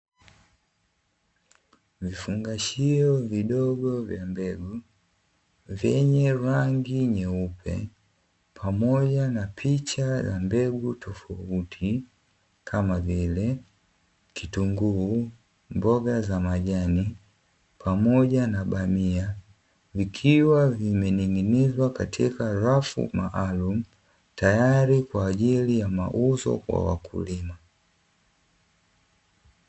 Vifungashio vidogo vya mbegu, vyenye rangi nyeupe, pamoja na picha ya mbegu tofauti kama vile kitunguu, mboga za majani pamoja na bamia; vikiwa vimening'inizwa katika rafu maalumu, tayari kwa ajili ya mauzo kwa wakulima.